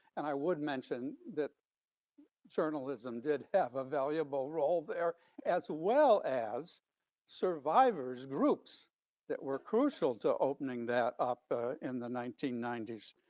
and i would mention that journalism did have a valuable role there as well as survivors groups that were crucial to opening that up in the nineteen ninety s.